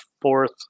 fourth